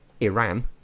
Iran